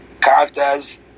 Characters